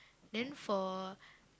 then for